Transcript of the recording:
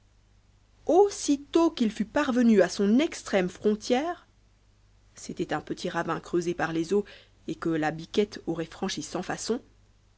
aussitôt qu'il fut parvenu à son extrême frontière c'était un petit ravin creusé par les eaux et que la biquette aurait franchi sans façon